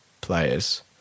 players